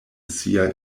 sia